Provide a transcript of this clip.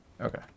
Okay